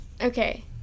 Okay